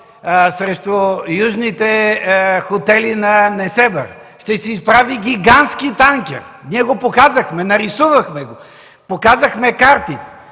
срещу южните хотели на Несебър ще се изправи гигантски танкер – ние го показахме, нарисувахме го, показахме карти,